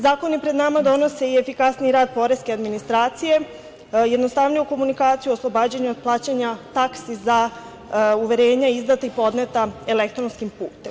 Zakoni pred nama donose i efikasniji rad poreske administracije, jednostavniju komunikaciju, oslobađanje od plaćanja taksi za uverenja izdata i podneta elektronskim putem.